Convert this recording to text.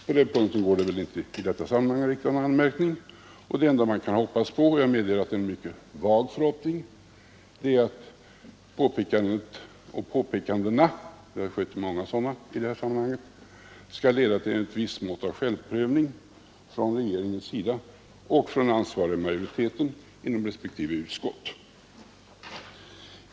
På den punkten går det väl inte att i detta sammanhang rikta någon anmärkning, och det enda man kan hoppas på — jag medger att det — Nr 74 är en mycket vag förhoppning — är att påpekandet eller påpekandena, ty Torsdagen den det har gjorts många sådana i sammanhanget, skall leda till ett visst mått 26 april 1973 av självprövning från regeringens sida och från den ansvariga majoriteten inom respektive utskott.